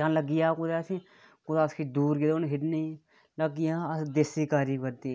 जां लग्गी जा कुदै फ्ही कुदै अस दूर गेदे होन खेढने गी अस देसी कारी बरती